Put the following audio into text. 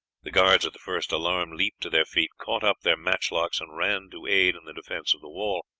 the guards at the first alarm leaped to their feet, caught up their matchlocks, and ran to aid in the defense of the wall.